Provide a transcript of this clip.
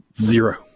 Zero